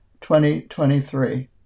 2023